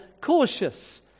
cautious